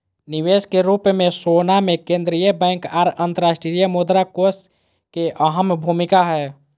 निवेश के रूप मे सोना मे केंद्रीय बैंक आर अंतर्राष्ट्रीय मुद्रा कोष के अहम भूमिका हय